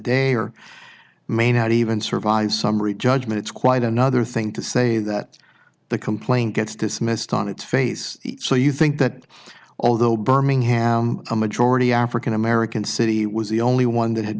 day or may not even survive summary judgment it's quite another thing to say that the complaint gets dismissed on its face so you think that although birmingham a majority african american city was the only one that had